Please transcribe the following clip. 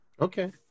Okay